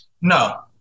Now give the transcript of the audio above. No